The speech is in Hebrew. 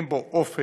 אין בו אופק,